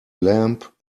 lamp